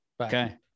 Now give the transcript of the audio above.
Okay